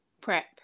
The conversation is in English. prep